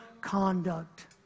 conduct